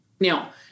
Now